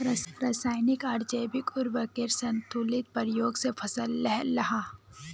राशयानिक आर जैविक उर्वरकेर संतुलित प्रयोग से फसल लहलहा